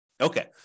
Okay